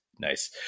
Nice